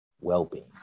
well-being